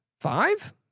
five